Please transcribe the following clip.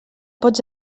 pots